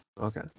Okay